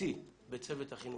בסיסי בצוות החינוכי.